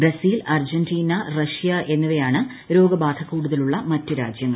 Brazil Argentina Russia എന്നിവയാണ് രോഗബാധ കൂടുതലുള്ള മറ്റ് രാജ്യങ്ങൾ